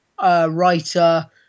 writer